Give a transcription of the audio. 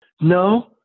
No